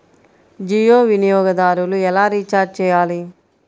జియో వినియోగదారులు ఎలా రీఛార్జ్ చేయాలి?